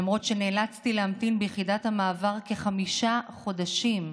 למרות שנאלצתי להמתין ביחידת המעבר כחמישה חודשים,